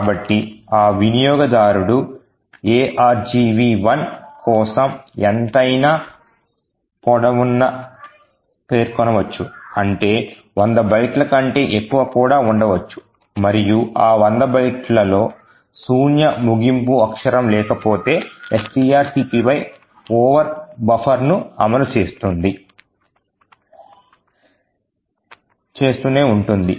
కాబట్టి ఈ వినియోగదారుడు argv1 కోసం ఎంతైనా పొడవును పేర్కొనవచ్చు అంటే 100 బైట్ల కంటే ఎక్కువ కూడా ఉండవచ్చు మరియు ఆ 100 బైట్లలో శూన్య ముగింపు అక్షరం లేకపోతే strcpy ఓవర్ బఫర్ను అమలు చేస్తూనే ఉంటుంది